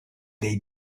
they